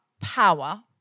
power